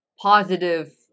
positive